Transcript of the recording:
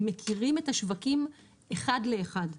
הם מכירים את השווקים אחד לאחד.